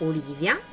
Olivia